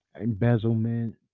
embezzlement